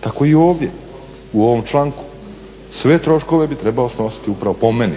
tako i ovdje u ovom članku sve troškove bi trebao snositi upravo, po meni